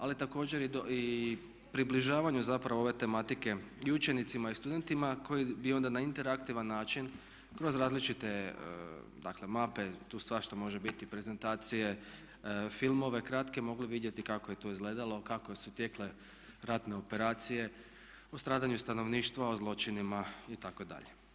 Ali također i približavanju zapravo ove tematike i učenicima i studentima koji bi onda na interaktivan način kroz različite dakle mape, tu svašta može biti, prezentacije, filmove kratke moglo vidjeti kako je to izgledalo, kako su tekle ratne operacije o stradanju stanovništva, o zločinima itd…